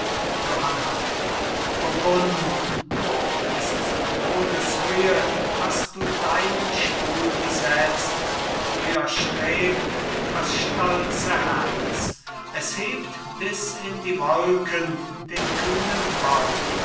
johanna burgund hoch bis zu throneshöhe hast du deinen stuhl gesetzt und höher strebt das stolze herz es hebt bis in die wolken den kühnen bau